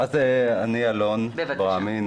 בבקשה.